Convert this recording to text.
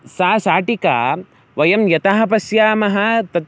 सा शाटिका वयं यतः पश्यामः तत्